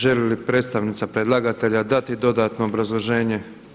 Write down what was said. Želi li predstavnica predlagatelja dati dodatno obrazloženje?